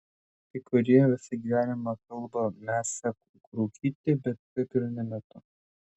kai kurie visą gyvenimą kalba mesią rūkyti bet taip ir nemeta